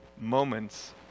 moments